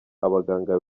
abaganga